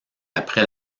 après